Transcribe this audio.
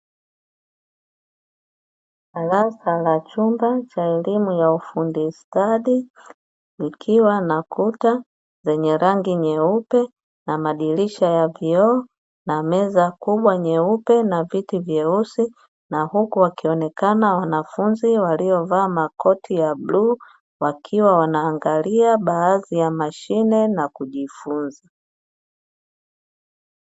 Darasa la chumba cha elimu ya ufundi stadi likiwa na kuta zenye rangi nyeupe na madirisha ya vioo na meza kubwa nyeupe na viti vyeusi, na huku wakionekana wanafunzi waliovaa makoti ya bluu, wakiwa wanaangalia baadhi ya mashine na kujifunza.